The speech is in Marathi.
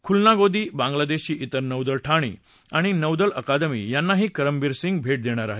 खुल्नागोदी बांगलादेशची त्रिर नौदल ठाणी आणि नौदल अकादमी यांनाही करमबीर सिंग भेट देणार आहेत